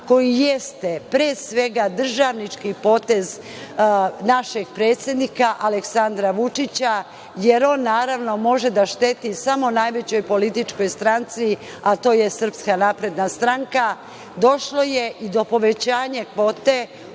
koji jeste, pre svega državnički potez našeg predsednika Aleksandra Vučića, jer on naravno može da šteti samo najvećoj političkoj stranci, a to je SNS, došlo je i do povećanja kvote